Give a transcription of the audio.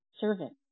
servant